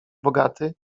bogaty